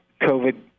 COVID